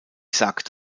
sagt